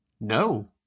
No